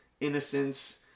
innocence